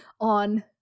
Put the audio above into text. on